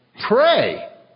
Pray